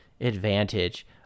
advantage